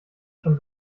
schon